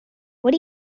what